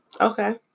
Okay